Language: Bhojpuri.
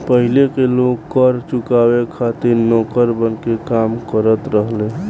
पाहिले के लोग कर चुकावे खातिर नौकर बनके काम करत रहले